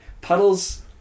puddles